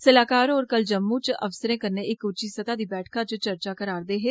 सलाहकार होर कल जम्मू च अफसरें कन्नै इक उच्ची सतह दी बैठका च चर्चा करारे दे हे